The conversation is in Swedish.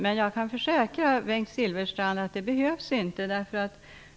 Men jag försäkrar Bengt Silfverstrand att det inte behövs.